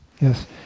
Yes